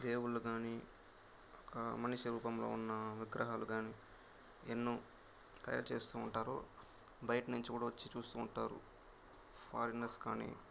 దేవుళ్ళు కానీ ఒక మనిషి రూపంలో ఉన్న విగ్రహాలు కానీ ఎన్నో తయారు చేస్తూ ఉంటారు బయట నుంచి కూడా వచ్చి చూస్తూ ఉంటారు ఫారనర్స్ కానీ